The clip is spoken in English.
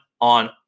on